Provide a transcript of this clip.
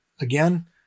Again